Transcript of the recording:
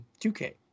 2K